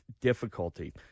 difficulty